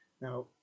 Now